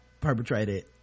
perpetrated